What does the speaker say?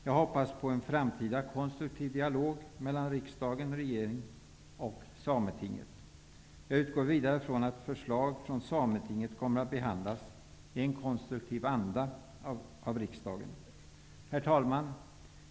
Jag hoppas på en framtida konstruktiv dialog mellan riksdagen, regeringen och Sametinget. Jag utgår vidare från att förslag från Sametinget kommer att behandlas i en konstruktiv anda av riksdagen. Herr talman!